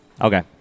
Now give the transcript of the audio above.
Okay